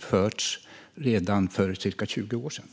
förts redan för cirka 20 år sedan.